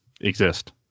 exist